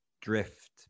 drift